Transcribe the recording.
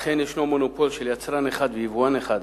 אכן יש מונופול של יצרן אחד ויבואן אחד.